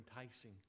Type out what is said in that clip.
enticing